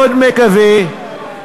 מאוד מקווה, הריסת בית זו הפרת חוק.